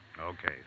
Okay